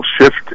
shift